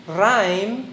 rhyme